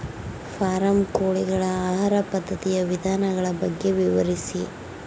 Form ಕೋಳಿಗಳ ಆಹಾರ ಪದ್ಧತಿಯ ವಿಧಾನಗಳ ಬಗ್ಗೆ ವಿವರಿಸಿ?